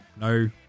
no